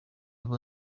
ava